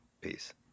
Peace